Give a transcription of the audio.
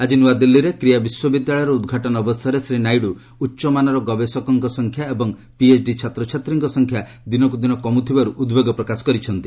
ଆଜି ନୂଆଦିଲ୍ଲୀରେ କ୍ରିୟା ବିଶ୍ୱବିଦ୍ୟାଳୟର ଉଦ୍ଘାଟନ ଅବସରରେ ଶ୍ରୀ ନାଇଡୁ ଉଚ୍ଚମାନର ଗବେଷକଙ୍କ ସଂଖ୍ୟା ଏବଂ ପିଏଚ୍ଡି ଛାତ୍ରଛାତ୍ରୀଙ୍କ ସଂଖ୍ୟା ଦିନକୁ ଦିନ କମୁଥିବାରୁ ଉଦ୍ବେଗ ପ୍ରକାଶ କରିଛନ୍ତି